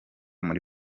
muri